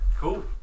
cool